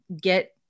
get